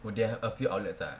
oh they have a few outlets ah